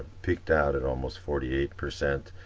peaked out at almost forty-eight percent,